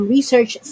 Research